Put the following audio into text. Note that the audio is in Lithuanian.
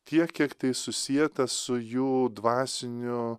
tiek kiek tai susieta su jų dvasiniu